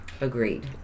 Agreed